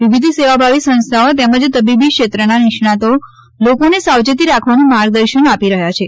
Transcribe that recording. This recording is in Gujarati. વિવિધ સેવાભાવી સંસ્થાઓ તેમજ તબીબી ક્ષેત્રના નિષ્ણાતો લોકોને સાવચેતી રાખવાનું માર્ગદર્શન આપી રહ્યા છે